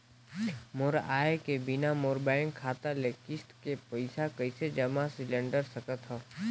मोर आय बिना मोर बैंक खाता ले किस्त के पईसा कइसे जमा सिलेंडर सकथव?